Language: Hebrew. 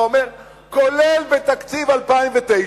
כולל בתקציב 2009,